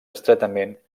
estretament